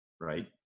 right